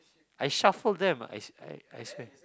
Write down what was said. I shuffled them I I I swear